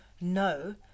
no